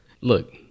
look